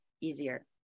easier